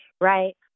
right